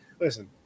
listen